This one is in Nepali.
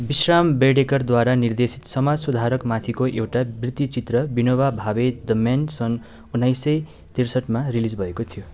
विश्राम बेडेकरद्वारा निर्देशित समाज सुधारकमाथिको एउटा वृत्तीचित्र विनोबा भावे द मेन सन् उन्नाइस सय त्रिसट्ठीमा रिलिज भएको थियो